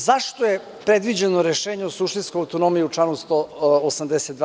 Zašto je predviđeno rešenje o suštinskoj autonomiji u članu 182?